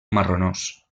marronós